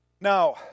Now